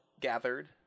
gathered